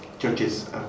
Judges